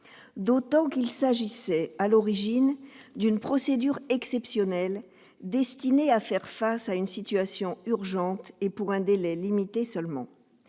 D'autant qu'il s'agissait, à l'origine, d'une procédure exceptionnelle, destinée à faire face à une situation urgente et pour un délai limité seulement.